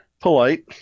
polite